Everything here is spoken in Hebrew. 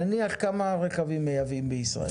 נניח כמה רכבים מייבאים בישראל?